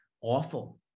awful